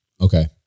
Okay